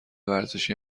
ورزشی